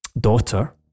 daughter